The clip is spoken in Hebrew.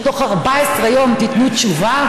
שבתוך 14 יום תיתנו תשובה?